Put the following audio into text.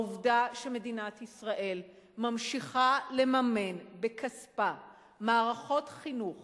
העובדה שמדינת ישראל ממשיכה לממן בכספה מערכות חינוך